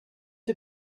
had